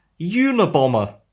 Unabomber